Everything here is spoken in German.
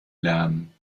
lernen